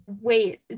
Wait